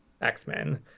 X-Men